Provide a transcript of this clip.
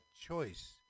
choice